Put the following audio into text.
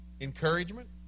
encouragement